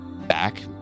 back